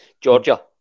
Georgia